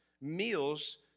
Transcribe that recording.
meals